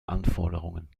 anforderungen